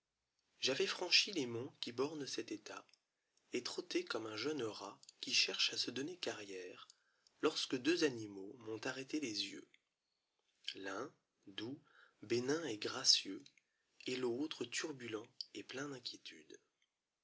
avais franchi les monts qui bornent cet état et trottais comme un jeune rat qui cherche à se donner carrière orsque deux animaux m'ont arrêté les yeux l'un doux bénin et gracieux t l'autre turbulent et plein d'mquiéludcj